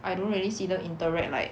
I don't really see them interact like